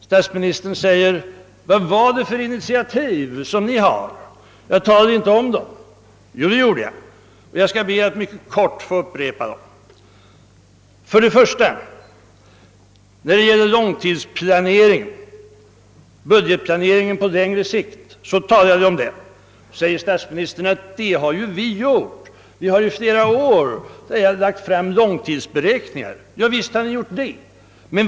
Statsministern sade att jag inte nämnde någonting om våra egna initiativ. Jo, det gjorde jag och jag skall be att mycket kort få upprepa detta. För det första talade jag om budgetplaneringen på längre sikt. Beträffande denna säger nu herr Erlander att socialdemokraterna under flera år framlagt långtidsberäkningar, och visst har socialdemokraterna gjort. detta.